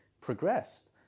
progressed